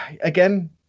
again